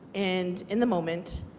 and in the moment,